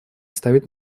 ставить